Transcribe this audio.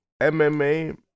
MMA